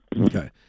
Okay